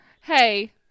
hey